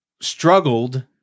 struggled